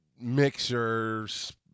mixers